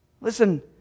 Listen